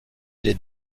des